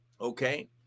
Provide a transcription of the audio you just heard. Okay